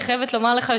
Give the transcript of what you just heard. אני חייבת לומר לך,